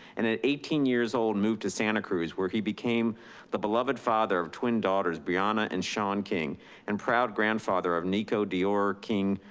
and at eighteen years old, moved to santa cruz where he became the beloved father of twin daughters, brianna and sean king and proud grandfather of niko, dior, king,